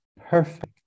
perfect